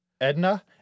Edna